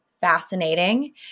fascinating